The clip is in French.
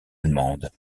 allemande